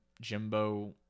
Jimbo